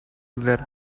their